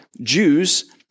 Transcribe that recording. Jews